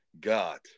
got